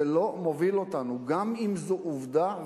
זה לא מוביל אותנו, גם אם זו עובדה.